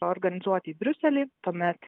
organizuoti į briuselį tuomet